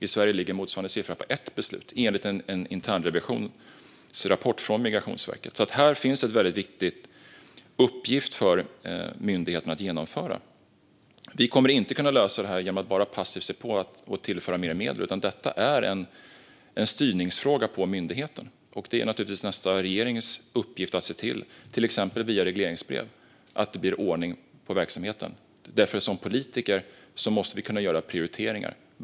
I Sverige ligger enligt en internrevisionsrapport från Migrationsverket motsvarande siffra på ett beslut. Här finns alltså en väldigt viktig uppgift för myndigheten att genomföra. Vi kommer inte att kunna lösa det här genom att bara passivt se på och tillföra mer medel. Detta är en styrningsfråga på myndigheten, och det är naturligtvis nästa regerings uppgift att se till, till exempel via regleringsbrev, att det blir ordning på verksamheten. Som politiker måste vi kunna göra prioriteringar.